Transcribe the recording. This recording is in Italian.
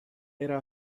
era